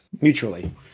mutually